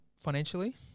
financially